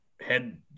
head